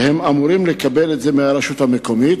והם אמורים לקבל את זה מהרשות המקומית,